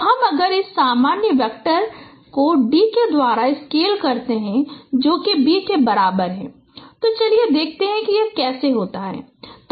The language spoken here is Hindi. तो हम अगर इस सामान्य वेक्टर को d के द्वारा स्केल करते हैं जो कि b के बराबर है तो चलिए देखते हैं कि यह कैसे होता है